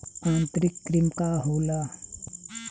आंतरिक कृमि का होला?